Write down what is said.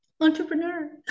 entrepreneur